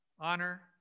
honor